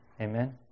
Amen